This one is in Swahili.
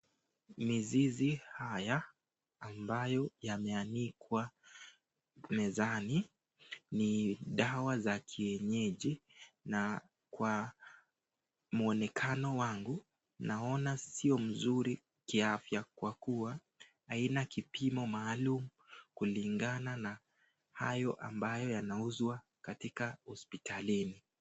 Mizizi haya ambayo yameanikwa mezani ni dawa za kienyeji na kwa muonekano wangu naona sio mzuri kiafya kwa kuwa haina kipimo maalum kulingana na hayo ambayo yanauzwa katika hospitalini.